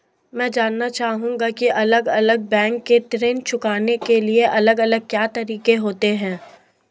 मैं जानना चाहूंगा की अलग अलग बैंक के ऋण चुकाने के अलग अलग क्या तरीके होते हैं?